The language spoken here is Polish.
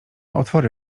otwory